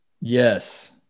Yes